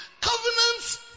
Covenants